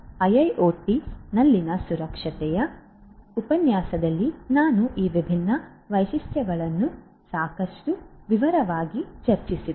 IIoT ನಲ್ಲಿನ ಸುರಕ್ಷತೆಯ ಉಪನ್ಯಾಸದಲ್ಲಿ ನಾನು ಈ ವಿಭಿನ್ನ ವೈಶಿಷ್ಟ್ಯಗಳನ್ನು ಸಾಕಷ್ಟು ವಿವರವಾಗಿ ಚರ್ಚಿಸಿದೆ